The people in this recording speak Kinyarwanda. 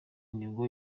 nibwo